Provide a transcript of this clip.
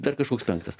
dar kažkoks penktas